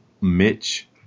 Mitch